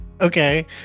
Okay